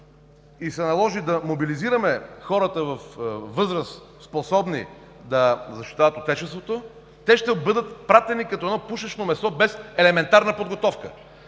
и се наложи да мобилизираме хората във възраст, способни да защитават Отечеството, те ще бъдат пратени като едно пушечно месо, без елементарна подготовка.